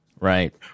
right